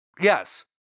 Yes